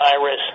IRIS